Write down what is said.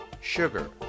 sugar